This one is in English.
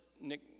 Nick